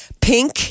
Pink